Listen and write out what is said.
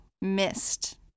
missed